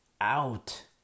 out